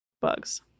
bugs